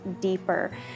deeper